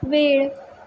वेळ